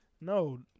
No